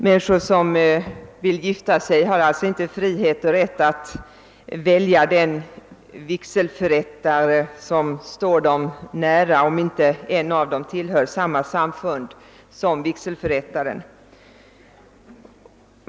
Personer som vill gifta sig har inte frihet att välja den vigselförrättare som står dem nära, om inte en av dem tillhör samma samfund som vigselförrättaren.